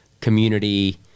community